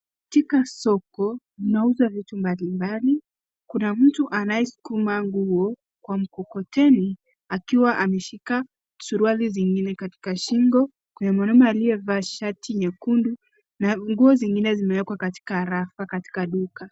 Katika soko kunauza vitu mbali mbali. Kuna mtu anayeskuma nguo kwa mkokoteni akiwa ameshika suruali zingine katika shingo. Kuna mwanaume aliyevaa shati nyekundu, na nguo zingine zimewekwa katika rafa katika duka.